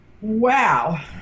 Wow